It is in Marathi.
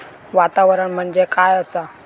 वातावरण म्हणजे काय असा?